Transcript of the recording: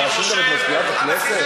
אבל אני חושב שאם יש חוק, תעבוד לפי החוק.